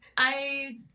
I-